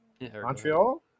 Montreal